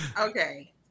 Okay